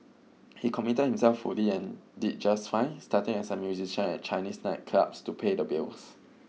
he committed himself fully and did just fine starting as a musician at Chinese nightclubs to pay the bills